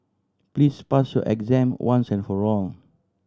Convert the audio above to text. please pass your exam once and for all